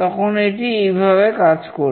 তখন এটি এইভাবে কাজ করবে